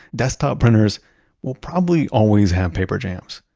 desktop printers will probably always have paper jams.